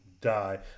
die